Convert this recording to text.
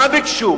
מה ביקשו?